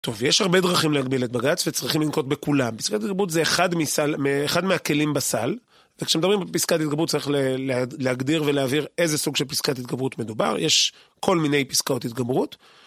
טוב, יש הרבה דרכים להגביל את בג"ץ, וצריכים לנקוט בכולם. פסקת התגברות זה אחד מהכלים בסל, וכשמדברים על פסקת התגברות צריך להגדיר ולהבהיר איזה סוג של פסקת התגברות מדובר. יש כל מיני פסקאות התגברות.